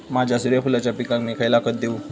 माझ्या सूर्यफुलाच्या पिकाक मी खयला खत देवू?